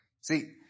See